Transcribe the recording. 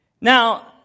Now